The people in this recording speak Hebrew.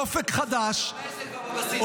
אופק חדש -- ב-2025 זה כבר בבסיס.